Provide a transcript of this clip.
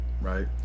right